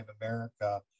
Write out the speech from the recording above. America